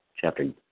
chapter